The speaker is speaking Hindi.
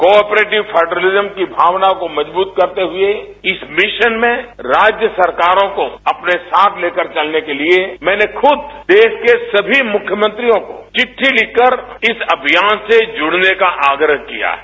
कॉओपरेटिव फेडरेलिज्म की भावना को मजबूत करते हुए इस मिशन में राज्य सरकारों को अपने साथ लेकर चलने के लिए मैंने खुद देश के सभी मुख्यमंत्रियों को चिठ्ठी लिखकर इस अभियान से जुड़ने का आग्रह किया है